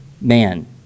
man